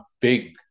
big